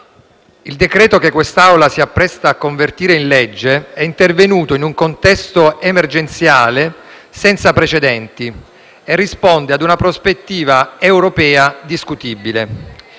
il decreto-legge che quest'Aula si appresta a convertire in legge è intervenuto in un contesto emergenziale senza precedenti e risponde a una prospettiva europea discutibile.